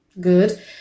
good